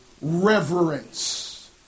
Reverence